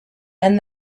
and